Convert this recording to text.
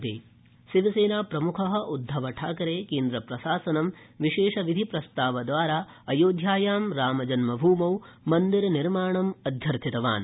शिवसेना राममन्दिरम् शिवसेनाप्रमुख उद्घवठाकरे केन्द्रप्रशासनं विशेषविधिप्रस्तावद्वारा अयोध्यायां रामजन्मभूमौ मन्दिरनिर्माणम् अध्यर्थितवान्